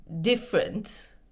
different